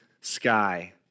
sky